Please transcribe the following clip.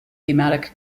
thematic